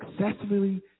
successfully